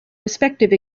respective